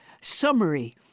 summary